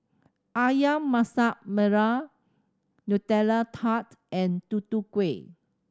Ayam Masak Merah Nutella Tart and Tutu Kueh